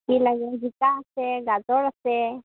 কি লাগে জিকা আছে গাজৰ আছে